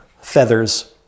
feathers